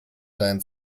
deinen